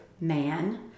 man